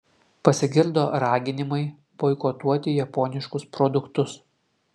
pasigirdo raginimai boikotuoti japoniškus produktus